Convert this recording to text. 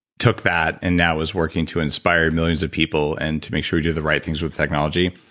took that and now is working to inspire millions of people and to make sure we do the right things with technology.